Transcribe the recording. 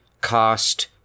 cost